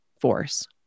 force